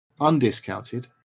undiscounted